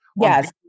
Yes